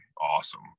awesome